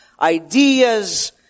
ideas